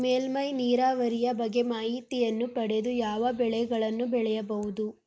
ಮೇಲ್ಮೈ ನೀರಾವರಿಯ ಬಗ್ಗೆ ಮಾಹಿತಿಯನ್ನು ಪಡೆದು ಯಾವ ಬೆಳೆಗಳನ್ನು ಬೆಳೆಯಬಹುದು?